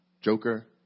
joker